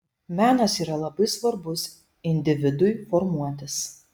menas yra labai svarbus individui formuotis